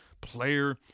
player